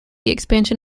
expansion